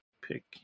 pick